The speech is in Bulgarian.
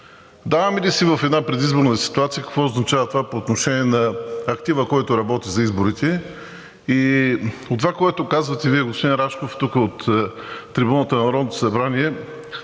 си сметка в една предизборна ситуация какво означава това по отношение на актива, който работи за изборите? Това, което казвате, Вие, господин Рашков, тук от трибуната на Народното събрание